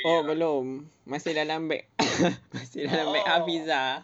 oh belum masih dalam bag dalam bag hafizah